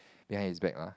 behind his back lah